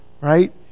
Right